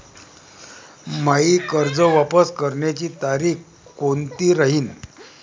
मायी कर्ज वापस करण्याची तारखी कोनती राहीन?